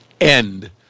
end